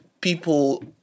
people